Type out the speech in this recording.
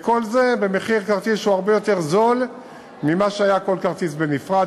וכל זה במחיר כרטיס שהוא הרבה יותר זול ממה שהיה כל כרטיס בנפרד,